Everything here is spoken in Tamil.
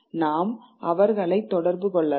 நாம் அவர்களை தொடர்பு கொள்ளலாம்